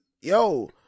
yo